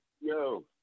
Yo